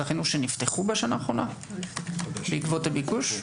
החינוך שנפתחו בשנה האחרונה בעקבות הביקוש?